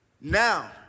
Now